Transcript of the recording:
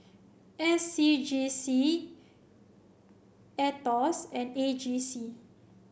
S C G C AETOS and A G C